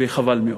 וחבל מאוד.